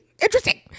interesting